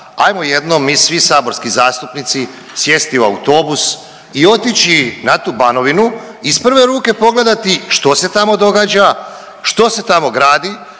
ajmo jednom mi svi saborski zastupnici sjesti u autobus i otići na tu Banovinu i iz prve ruke pogledati što se danas događa, što se tamo gradi,